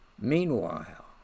meanwhile